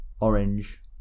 orange